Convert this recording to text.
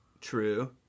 true